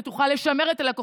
היא תוכל לשמר את הלקוחות,